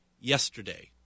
yesterday